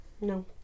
No